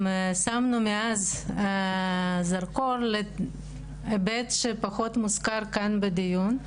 גם שמנו מאז זרקור להיבט שפחות מוזכר כאן בדיון.